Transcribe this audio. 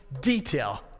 detail